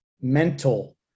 mental